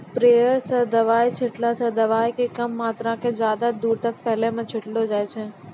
sprayer स दवाय छींटला स दवाय के कम मात्रा क ज्यादा दूर तक फसल मॅ छिटलो जाय छै